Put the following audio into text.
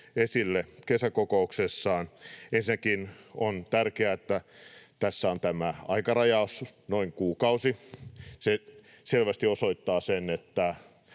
esille kesäkokouksessaan: Ensinnäkin on tärkeää, että tässä on tämä aikarajaus, noin kuukausi. Se selvästi osoittaa sen, että